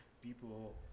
people